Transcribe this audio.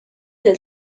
del